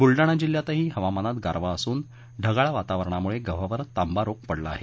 बृलडाणा जिल्ह्यातही हवामानात गारवा असुन ढगाळ वातावरणामळे गव्हावर तांबा रोग पडला आहे